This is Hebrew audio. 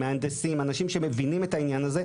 אנשים שמבינים את העניין הזה,